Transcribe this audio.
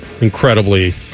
incredibly